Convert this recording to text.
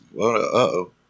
Uh-oh